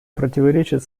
противоречат